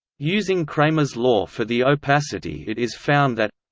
using kramers' law for the opacity it is found that